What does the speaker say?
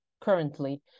currently